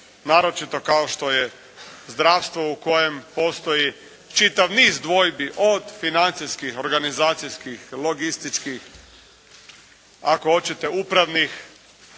naročito kao što je zdravstvo u kojem postoji čitav niz dvojbi, od financijskih, organizacijskih, logističkih ako hoćete upravnih,